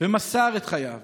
ומסר את חייו